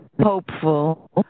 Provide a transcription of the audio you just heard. hopeful